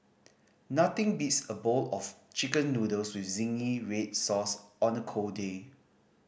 nothing beats a bowl of Chicken Noodles with zingy red sauce on a cold day